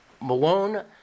Malone